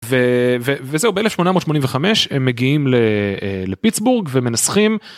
וזהו ב1885 הם מגיעים לפיצבורג ומנסחים.